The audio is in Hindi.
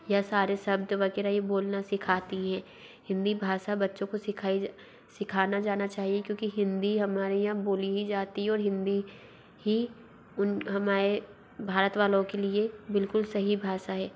यह सारे शब्द वग़ैरह बोलना सिखाती है हिन्दी भाषा बच्चों को सिखाई सिखाना जाना चाहिए क्योंकि हिन्दी हमारे यहाँ बोली ही जाती है और हिन्दी ही उन हमारे भारत वालों के लिए बिल्कुल सही भाषा है